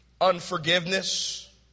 unforgiveness